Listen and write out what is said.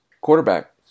quarterback